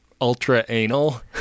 ultra-anal